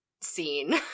scene